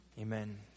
Amen